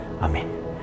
Amen